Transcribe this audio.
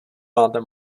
máte